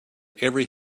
every